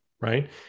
Right